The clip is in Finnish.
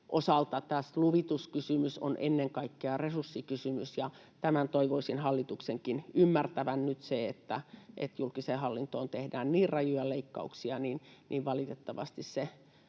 osalta luvituskysymys on ennen kaikkea resurssikysymys, ja tämän toivoisin hallituksenkin ymmärtävän. Nyt se, että julkiseen hallintoon tehdään niin rajuja leikkauksia, valitettavasti